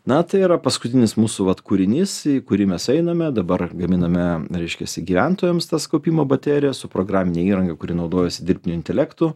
na tai yra paskutinis mūsų vat kūrinys kurį mes einame dabar gaminame reiškiasi gyventojams tas kaupimo baterijas su programine įranga kuri naudojasi dirbtiniu intelektu